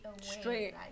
Straight